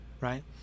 right